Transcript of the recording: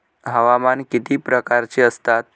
हवामान किती प्रकारचे असतात?